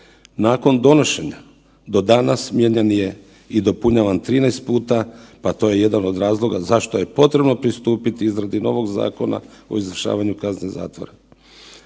Nakon donošenja do danas mijenjan je i dopunjavan 13 puta, a to je jedan od razloga zašto je potrebno pristupiti izradi novog Zakona o izvršavanju kazne zatvora.